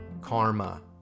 karma